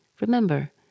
Remember